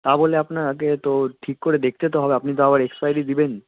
তা বললে আপনার আগে তো ঠিক করে দেখতে তো হবে আপনি তো আবার এক্সপায়ারি দেবেন